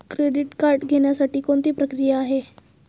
Credit card घेण्यासाठी कोणती प्रक्रिया आहे?